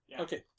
Okay